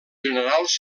generals